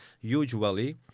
usually